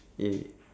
yeah